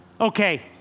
okay